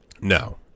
No